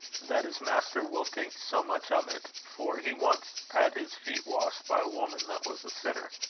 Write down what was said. that his master will think so much of it for he once had his feet washed by a woman that was a sinner.